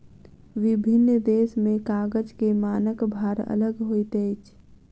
विभिन्न देश में कागज के मानक भार अलग होइत अछि